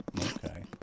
okay